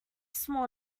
small